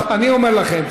אני אומר לכם,